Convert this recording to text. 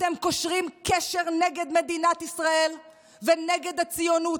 אתם קושרים קשר נגד מדינת ישראל ונגד הציונות.